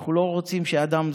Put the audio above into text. אנחנו לא רוצים שאדם,